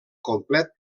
complet